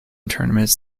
tournaments